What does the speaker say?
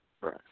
Right